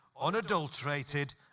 unadulterated